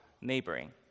neighboring